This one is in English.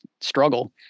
struggle